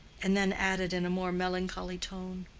and then added in a more melancholy tone,